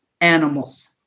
animals